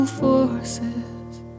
forces